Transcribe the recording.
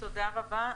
תודה רבה.